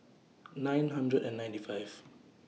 nine hundred and ninety five